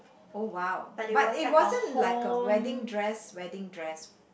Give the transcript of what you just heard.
oh !wow! but it wasn't like a wedding dress wedding dress